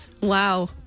Wow